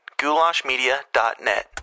goulashmedia.net